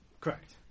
Correct